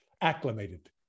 acclimated